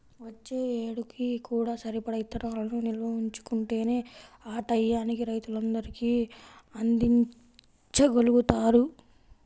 వచ్చే ఏడుకి కూడా సరిపడా ఇత్తనాలను నిల్వ ఉంచుకుంటేనే ఆ టైయ్యానికి రైతులందరికీ అందిచ్చగలుగుతారు